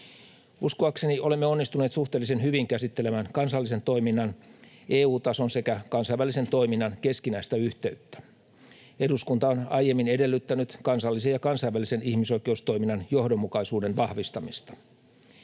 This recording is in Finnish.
Uskoakseni olemme onnistuneet suhteellisen hyvin käsittelemään kansallisen toiminnan, EU-tason sekä kansainvälisen toiminnan keskinäistä yhteyttä. Eduskunta on aiemmin edellyttänyt kansallisen ja kansainvälisen ihmisoikeustoiminnan johdonmukaisuuden vahvistamista.